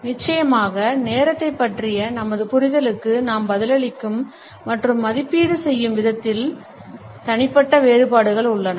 நிச்சயமாக நேரத்தைப் பற்றிய நமது புரிதலுக்கு நாம் பதிலளிக்கும் மற்றும் மதிப்பீடு செய்யும் விதத்தில் தனிப்பட்ட வேறுபாடுகள் உள்ளன